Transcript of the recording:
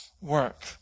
work